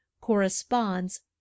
corresponds